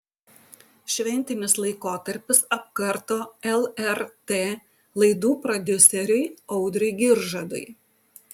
šventinis laikotarpis apkarto lrt laidų prodiuseriui audriui giržadui